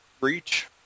reach